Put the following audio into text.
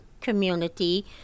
community